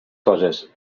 coses